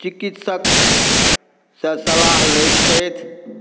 चिकित्सकसँ सलाह लै छथि